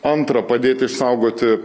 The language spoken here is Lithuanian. antra padėti išsaugoti